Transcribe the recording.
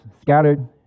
scattered